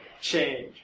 change